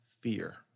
fear